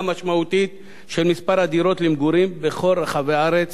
משמעותית של מספר הדירות למגורים בכל רחבי הארץ,